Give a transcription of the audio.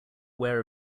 aware